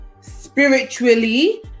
spiritually